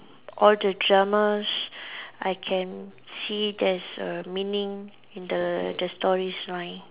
all the dramas I can see there's a meaning in the the stories line